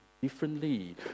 differently